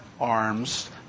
Arms